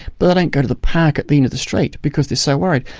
but they don't go to the park at the end of the street because they're so worried.